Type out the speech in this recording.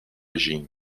jin